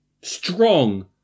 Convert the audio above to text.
Strong